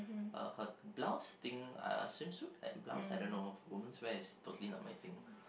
uh her blouse thing uh swimsuit and blouse I don't know women's wear is totally not my thing